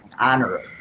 honor